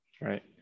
Right